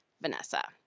Vanessa